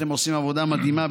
אתם עושים עבודה מדהימה,